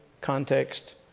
context